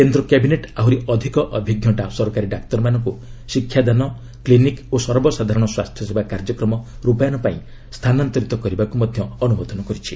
କେନ୍ଦ୍ର କ୍ୟାବିନେଟ୍ ଆହୁରି ଅଧିକ ଅଭିଜ୍ଞ ସରକାରୀ ଡାକ୍ତରମାନଙ୍କୁ ଶିକ୍ଷାଦାନ କ୍ଲିନିକ୍ ଓ ସର୍ବସାଧାରଣ ସ୍ୱାସ୍ଥ୍ୟସେବା କାର୍ଯ୍ୟକ୍ରମ ରୂପାୟନପାଇଁ ସ୍ଥାନାନ୍ତରିତ କରିବାଲାଗି ମଧ୍ୟ ଅନ୍ତମୋଦନ କରିଛି